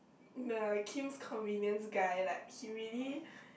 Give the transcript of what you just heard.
the Kim's Convenience guy like he really